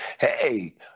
hey